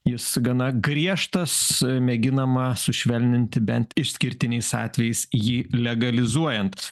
jis gana griežtas mėginama sušvelninti bent išskirtiniais atvejais jį legalizuojant